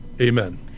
amen